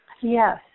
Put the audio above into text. Yes